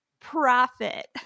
profit